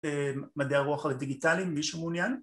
‫במדעי הרוח לדיגיטלים, מישהו מעוניין?